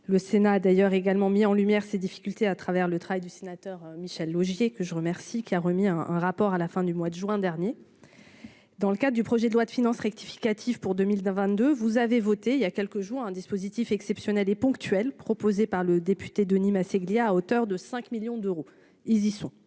le Sénat d'ailleurs également mis en lumière ses difficultés à travers le travail du sénateur Michel Laugier, que je remercie, qui a remis un rapport à la fin du mois de juin dernier. Dans le cadre du projet de loi de finances rectificative pour 2000 dans 22 vous avez voté il y a quelques jours, un dispositif exceptionnel et ponctuel, proposée par le député Denis Masseglia à hauteur de 5 millions d'euros, ils y sont.